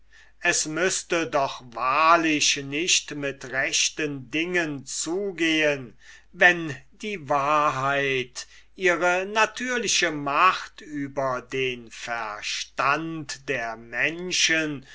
es müßte doch wahrlich nicht mit rechten dingen zugehen wenn die wahrheit ihre natürliche macht über den verstand der menschen